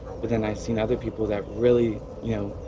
but then i've seen other people that really, you know,